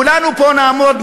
כולנו פה נעמוד,